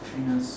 kind of